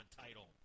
title